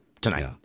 tonight